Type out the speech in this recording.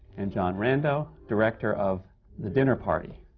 and john rando, director of the dinner party.